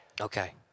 Okay